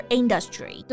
industry